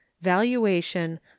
Valuation